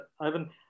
ivan